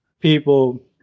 people